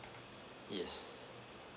yes